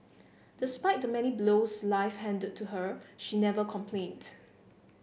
despite the many blows life handed to her she never complained